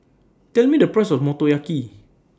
Tell Me The Price of Motoyaki